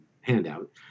handout